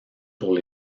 pour